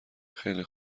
خیلی